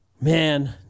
Man